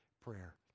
prayer